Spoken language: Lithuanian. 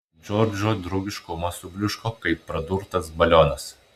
džordžo draugiškumas subliūško kaip pradurtas balionas